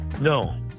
No